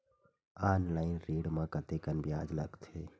Online ऋण म कतेकन ब्याज लगथे?